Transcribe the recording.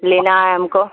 لینا ہے ہم کو